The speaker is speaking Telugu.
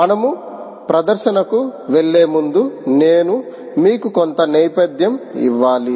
మనము ప్రదర్శనకు వెళ్ళే ముందు నేను మీకు కొంత నేపథ్యం ఇవ్వాలి